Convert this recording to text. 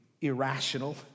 irrational